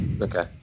Okay